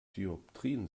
dioptrien